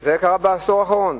זה קרה בעשור האחרון.